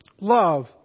love